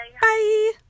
Bye